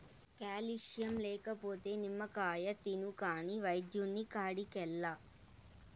calcium లేకపోతే నిమ్మకాయ తిను కాని వైద్యుని కాడికేలా